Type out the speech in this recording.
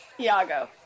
Iago